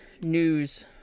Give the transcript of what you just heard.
News